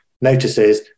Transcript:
notices